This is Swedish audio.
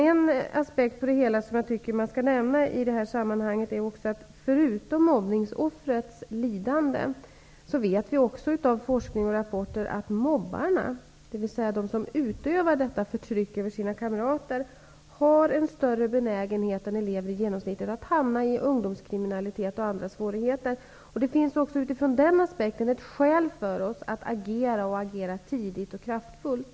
En aspekt på det hela som jag tycker skall nämnas i det här sammanhanget är att vi av forskning och rapporter vet, förutom mobbningsoffrets lidande, att mobbarna, dvs. de som utövar detta förtryck över sina kamrater, har en större benägenhet än elever i genomsnitt att hamna i ungdomskriminalitet och andra svårigheter. Det finns också från den aspekten skäl för oss att agera tidigt och kraftfullt.